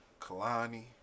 Kalani